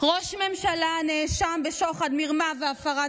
ראש ממשלה הנאשם בשוחד, מרמה והפרת אמונים,